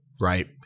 right